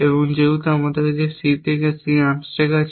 এবং যেহেতু আমাদের কাছে C থেকে C আনস্ট্যাক আছে